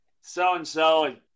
so-and-so